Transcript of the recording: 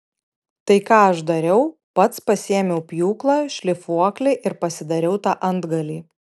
tai ką aš dariau pats pasiėmiau pjūklą šlifuoklį ir pasidariau tą antgalį